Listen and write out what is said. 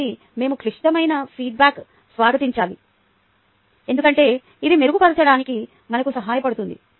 కాబట్టి మేము క్లిష్టమైన ఫీడ్బ్యాక్ స్వాగతించాలి ఎందుకంటే ఇది మెరుగుపడడానికి మనకు సహాయపడుతుంది